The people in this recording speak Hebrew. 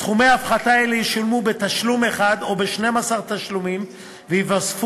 סכומי הפחתה אלה ישולמו בתשלום אחד או ב-12 תשלומים וייווספו